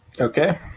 Okay